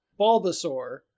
Bulbasaur